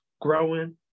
growing